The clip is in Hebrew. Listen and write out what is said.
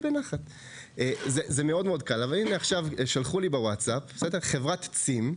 עכשיו שלחו לי בוואטסאפ על חברת צים,